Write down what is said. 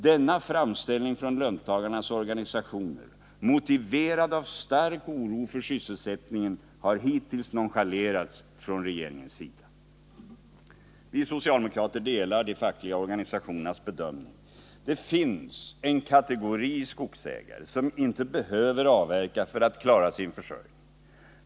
Denna framställning från löntagarnas organisationer, motiverad av en stark oro för sysselsättningen, har hittills nonchalerats från regeringens sida. Vi socialdemokrater delar de fackliga organisationernas bedömning. Det finns en kategori skogsägare som inte behöver avverka för att klara sin försörjning.